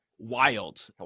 wild